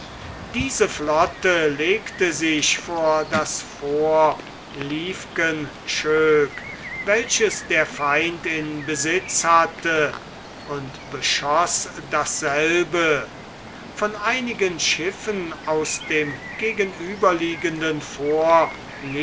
diese flotte legte sich vor das fort liefkenshoek welches der feind in besitz hatte und beschoß dasselbe von einigen schiffen aus dem gegenüberliegenden